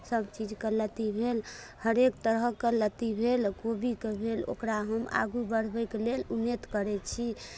सभचीजके लत्ती भेल हरेक तरहके लत्ती भेल कोबीके भेल ओकरा हम आगू बढ़बयके लेल उन्नति करै छी